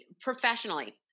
professionally